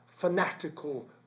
fanatical